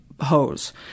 hose